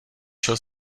šel